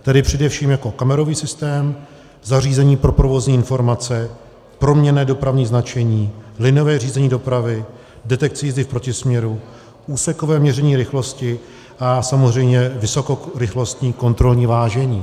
Tedy především jako kamerový systém, zařízení pro provozní informace, proměnné dopravní značení, liniové řízení dopravy, detekci jízdy v protisměru, úsekové měření rychlosti a samozřejmě vysokorychlostní kontrolní vážení.